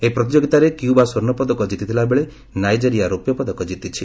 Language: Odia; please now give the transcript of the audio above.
ଏହି ପ୍ରତିଯୋଗିତାରେ କ୍ୟୁବା ସ୍ୱର୍ଷ୍ଣପଦକ କିତିଥିଲାବେଳେ ନାଇଜେରିଆ ରେରପ୍ୟ ପଦକ ଜିତିଛି